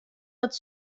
dat